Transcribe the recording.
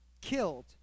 killed